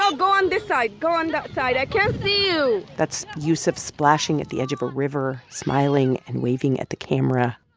so go on this side. go on that side. i can't see you that's yusuf splashing at the edge of a river, smiling and waving at the camera